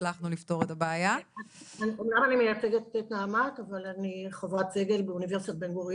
לפני כמה שנים פנו אליי מנעמ"ת לעמוד בראש וועדת